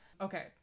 Okay